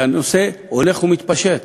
כשהנושא הולך ומתפשט.